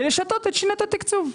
ולשנות את שיטת התקצוב.